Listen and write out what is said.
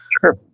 Sure